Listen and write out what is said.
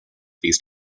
these